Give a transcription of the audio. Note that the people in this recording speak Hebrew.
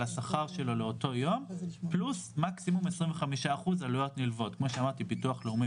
שכר אותו היום+ מקסימום של 25% עלויות נלוות ביטוח לאומי